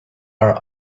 are